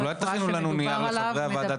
--- אז אולי תכינו לנו נייר לחברי הוועדה,